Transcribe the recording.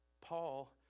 Paul